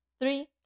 Three